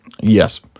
Yes